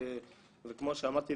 וכמו שאמרתי,